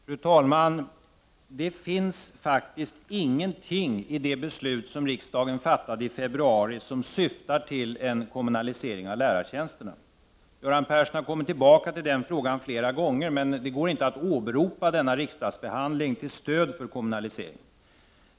Fru talman! Det finns faktiskt ingenting i det beslut som riksdagen fattade i februari som syftar till en kommunalisering av lärartjänsterna. Göran Persson har kommit tillbaka till den frågan flera gånger, men det går inte att åberopa denna riksdagsbehandling till stöd för kommunaliseringen.